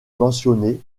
mentionnées